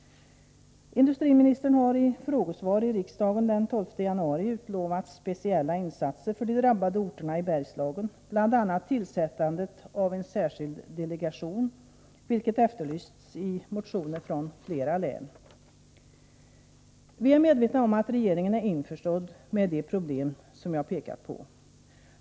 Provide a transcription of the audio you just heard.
Industriministern har i frågesvar i riksdagen den 12 januari utlovat speciella insatser för de drabbade orterna i Bergslagen. Det gäller bl.a. tillsättandet av en särskild delegation, något som har efterlysts i motioner från flera län. Vi är medvetna om att regeringen är införstådd med de problem som jag har pekat på.